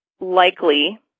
likely